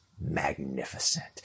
magnificent